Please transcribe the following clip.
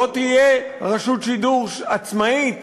לא תהיה רשות שידור עצמאית